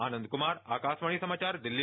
आनंद कुमार आकाशवाणी समाचार दिल्ली